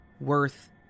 worth